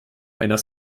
einer